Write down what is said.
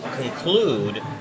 conclude